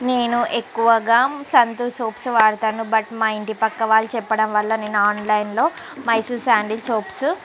నేను ఎక్కువగా సంతూర్ సోప్స్ వాడుతాను బట్ మా ఇంటి పక్క వాళ్ళు చెప్పడం వల్ల నేను ఆన్లైన్లో మైసూర్శాండిల్ సోప్స్